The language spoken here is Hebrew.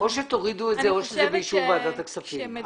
שתורידו את זה או שזה באישור ועדת הכספים.